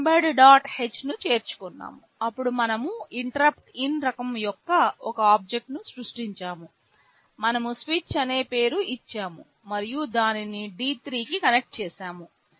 h ను చేర్చుకున్నాము అప్పుడు మనము ఇంటరప్ట్ఇన్ రకం యొక్క ఒక ఆబ్జెక్ట్ ను సృష్టించాము మనము స్విచ్ అనే పేరు ఇచ్చాము మనము దానిని D3 కి కనెక్ట్ చేసాము